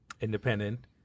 independent